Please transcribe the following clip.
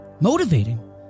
motivating